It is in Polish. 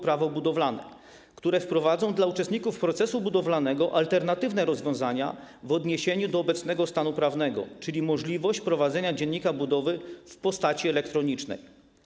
Prawo budowlane, które wprowadzą dla uczestników procesu budowlanego alternatywne rozwiązania w odniesieniu do obecnego stanu prawnego, czyli możliwość prowadzenia dziennika budowy w postaci elektronicznej.